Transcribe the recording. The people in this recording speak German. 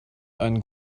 einen